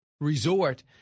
resort